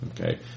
okay